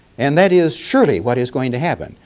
and that is surely what is going to happen.